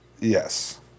Yes